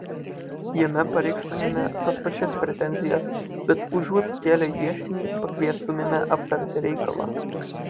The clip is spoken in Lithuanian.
jame pareikštumėme tas pačias pretenzijas bet užuot kėlę ieškinį pakviestumėme aptarti reikalą